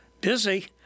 Busy